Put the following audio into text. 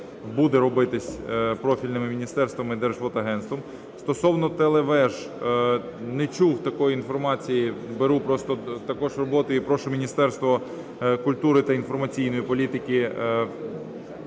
буде робитись профільними міністерствами, Держводагентством. Стосовно телевеж. Не чув такої інформації. Беру просто також роботи. І прошу Міністерство культури та інформаційної політики